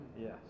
Yes